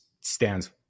stands